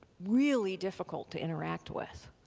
really difficult to interact with.